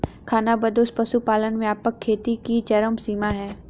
खानाबदोश पशुपालन व्यापक खेती की चरम सीमा है